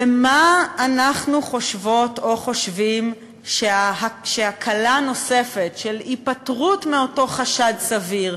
במה אנחנו חושבות או חושבים שהקלה נוספת של היפטרות מאותו חשד סביר,